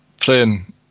playing